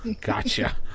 gotcha